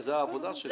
העבודה של הממונה.